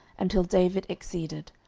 until david exceeded.